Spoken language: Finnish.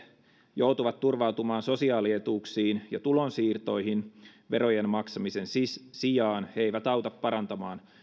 joutuvat turvautumaan sosiaalietuuksiin ja tulonsiirtoihin verojen maksamisen sijaan he eivät auta parantamaan